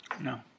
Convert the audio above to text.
No